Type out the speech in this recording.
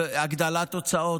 והגדלת הוצאות,